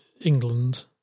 England